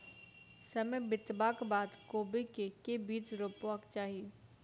समय बितबाक बाद कोबी केँ के बीज रोपबाक चाहि?